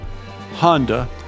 Honda